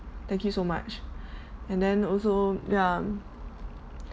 thank you so much and then also ya